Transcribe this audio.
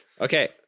Okay